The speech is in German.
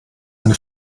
eine